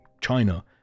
China